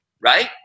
right